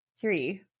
three